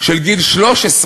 של גיל 13,